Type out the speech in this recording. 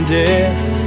death